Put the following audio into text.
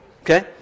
Okay